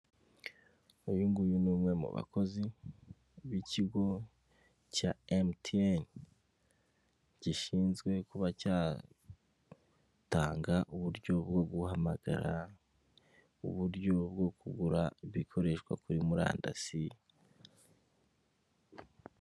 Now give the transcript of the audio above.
Uyu nguyu ni umwe mu bakozi b'ikigo cya MTN, gishinzwe kuba cyatanga uburyo bwo guhamagara, uburyo bwo kugura ibikoreshwa kuri murandasi.